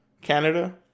Canada